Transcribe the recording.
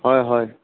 হয় হয়